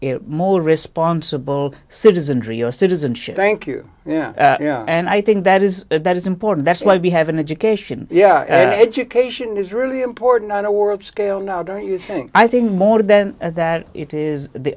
about more responsible citizen citizenship thank you yeah yeah and i think that is that is important that's why we have an education yeah education is really important on a world scale now don't you think i think more than that it is the